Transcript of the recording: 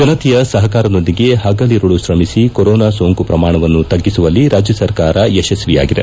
ಜನತೆಯ ಸಹಕಾರದೊಂದಿಗೆ ಪಗಲಿರುಳು ಶ್ರಮಿಸಿ ಕೊರೊನಾ ಸೋಂಕು ಶ್ರಮಾಣವನ್ನು ತಗ್ಗಿಸುವಲ್ಲಿ ರಾಜ್ಯ ಸರ್ಕಾರ ಯಶಸ್ತಿಯಾಗಿದೆ